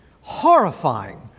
horrifying